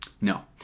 No